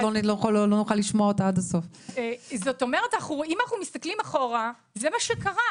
זאת אומרת, אם אנחנו מסתכלים אחורה, זה מה שקרה.